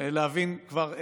להבין כבר,